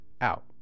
out